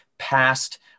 past